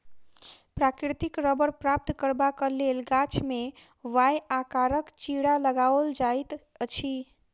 प्राकृतिक रबड़ प्राप्त करबाक लेल गाछ मे वाए आकारक चिड़ा लगाओल जाइत अछि